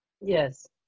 Yes